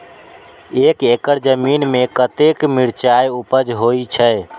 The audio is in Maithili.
एक एकड़ जमीन में कतेक मिरचाय उपज होई छै?